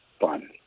fun